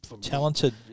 talented